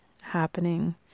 happening